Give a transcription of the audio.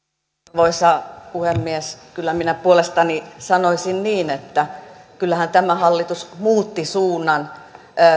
arvoisa puhemies kyllä minä puolestani sanoisin niin että kyllähän tämä hallitus muutti suunnan